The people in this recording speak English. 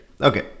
okay